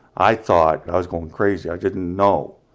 i thought i was going crazy, i didn't know,